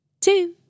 two